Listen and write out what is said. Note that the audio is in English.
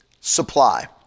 supply